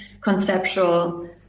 conceptual